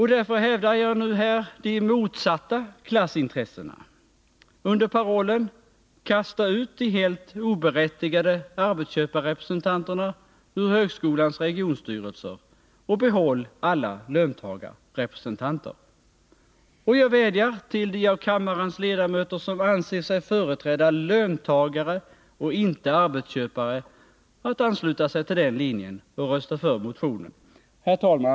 Därför hävdar jag nu här de motsatta klassintressena under parollen ”kasta ut de helt oberättigade arbetsköparrepresentanterna ur högskolans regionstyrelser och behåll alla löntagarrepresentanter”. Jag vädjar till de av kammarens ledamöter som anser sig företräda löntagare och inte arbetsköpare att ansluta sig till den linjen och rösta för motionen. Herr talman!